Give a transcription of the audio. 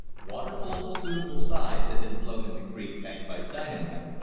water holes of suitable size had been blown in the creek bank by dynamite.